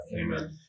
Amen